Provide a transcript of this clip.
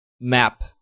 map